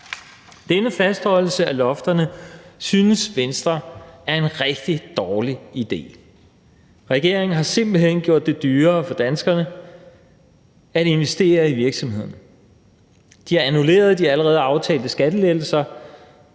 Denne fastholdelse af lofterne synes Venstre er en rigtig dårlig idé. Regeringen har simpelt hen gjort det dyrere for danskerne at investere i virksomhederne. De har annulleret de allerede aftalte skattelettelser